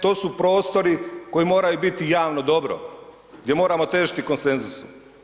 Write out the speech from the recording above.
To su prostori koji moraju biti javno dobro, gdje moramo težiti konsenzusu.